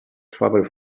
trouble